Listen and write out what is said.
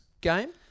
game